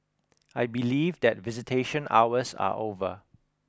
I believe that visitation hours are over